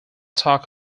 talk